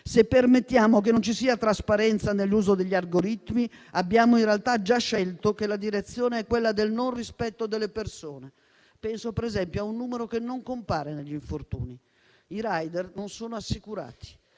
Se permettiamo che non ci sia trasparenza nell'uso degli algoritmi, in realtà abbiamo già scelto che la direzione è quella del mancato rispetto delle persone. Penso per esempio a un numero che non compare negli infortuni: i *rider* non sono assicurati,